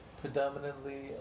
predominantly